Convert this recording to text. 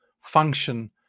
function